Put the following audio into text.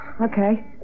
Okay